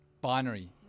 Binary